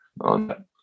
on